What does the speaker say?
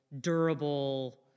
durable